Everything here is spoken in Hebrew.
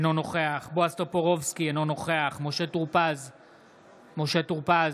אינו נוכח בועז טופורובסקי, אינו נוכח משה טור פז,